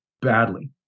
badly